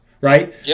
right